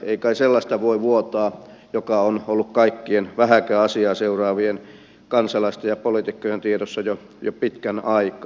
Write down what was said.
ei kai sellaista voi vuotaa joka on ollut kaikkien vähääkään asiaa seuraavien kansalaisten ja poliitikkojen tiedossa jo pitkän aikaa